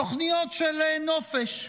תוכניות של נופש.